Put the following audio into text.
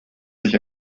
sich